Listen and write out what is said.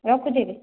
ରଖୁଛି ଏବେ